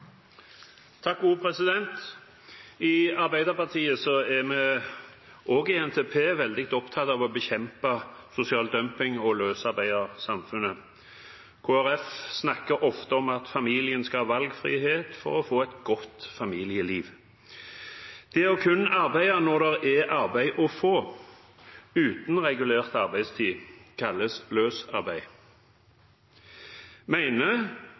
løsarbeidersamfunnet. Kristelig Folkeparti snakker ofte om at familiene skal ha valgfrihet for å få et godt familieliv. Det kun å arbeide når det er arbeid å få, uten regulert arbeidstid,